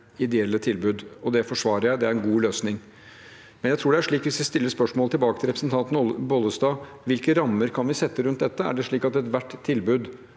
ideelle tilbud, og det forsvarer jeg. Det er en god løsning. Men hvis jeg stiller spørsmålet tilbake til representanten Olaug Bollestad: Hvilke rammer kan vi sette rundt dette? Er det slik at ethvert tilbud